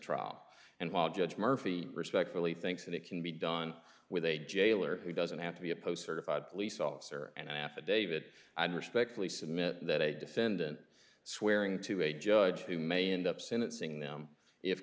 trial and while judge murphy respectfully thinks that it can be done with a jailer he doesn't have to be a post certified police officer and an affidavit i respectfully submit that a defendant swearing to a judge who may end up sentencing them if